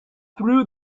through